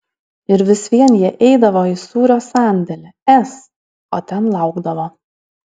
ir vis vien jie eidavo į sūrio sandėlį s o ten laukdavo